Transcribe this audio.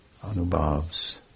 Anubhavs